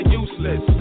useless